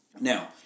Now